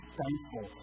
thankful